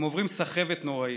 הם עוברים סחבת נוראית.